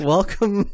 Welcome